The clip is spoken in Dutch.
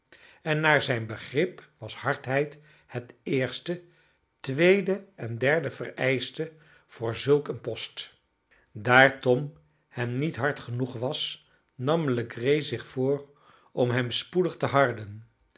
en naar zijn begrip was hardheid het eerste tweede en derde vereischte voor zulk een post daar tom hem niet hard genoeg was nam legree zich voor om hem spoedig te harden